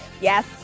yes